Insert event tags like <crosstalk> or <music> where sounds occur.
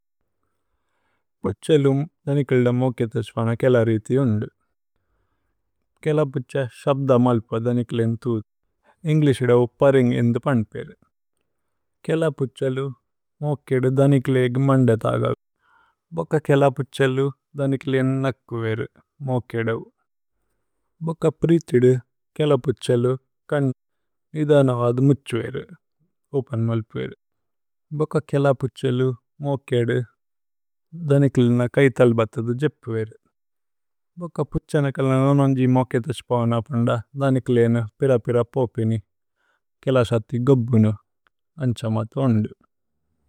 പുഛേലുമ് ദനികില്ദമ് മോകേതസ് പന കേല രേഥി ഉന്ദു। കേല പുഛ ശബ്ദ മല്പ ദനികിലേന് തുധ് ഇന്ഗ്ലിശ്। ഇദൌ പരിന്ഗ് ഇന്ദു പന്ദു പേരു കേല പുഛലു മോകേദു। ദനികിലേഗി മന്ദേത് അഗവു ഭോക കേല പുഛലു ദനികിലേന്। <hesitation> നകു വേരു മോകേദവു। ഭോക പ്രിഥിദു। കേല പുഛലു കന്ദു നിദന വാദു മുചു വേരു ഓപന്। മല്പു വേരു ഭോക കേല പുഛലു മോകേദു ദനികിലേന। കൈതല് ബതദു ജേപ്പു വേരു ഭോക പുഛനകലേന। നോനോന്ജി മോകേതസ് പൌന പന്ദ ദനികിലേന പിര। പിര പോപിനി കേല സതി ഗോബ്ബുനു അന്സമത ഉന്ദു।